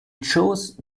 chose